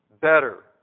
better